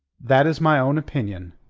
that is my own opinion,